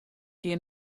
gean